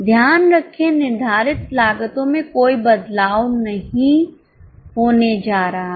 ध्यान रखें निर्धारित लागतों में कोई बदलाव नहीं होने जा रहा है